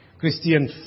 Christian